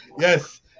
Yes